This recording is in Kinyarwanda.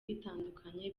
bitandukanye